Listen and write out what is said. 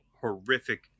horrific